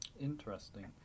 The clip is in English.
Interesting